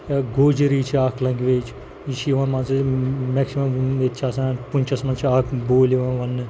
یا گوجری چھِ اَکھ لنٛگویج یہِ چھِ یِوان مانٛژٕ میکسِمَم ییٚتہِ چھِ آسان پُنچَس منٛز چھِ اَکھ بوٗلۍ یِوان وَننہٕ